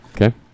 Okay